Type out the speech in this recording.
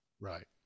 Right